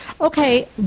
Okay